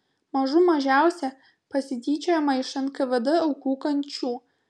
mažų mažiausia pasityčiojama iš nkvd aukų kančių